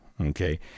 Okay